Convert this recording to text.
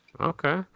okay